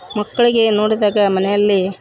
ಮಕ್ಕಳಿಗೆ ನೋಡಿದಾಗ ಮನೆಯಲ್ಲಿ